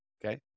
Okay